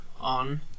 on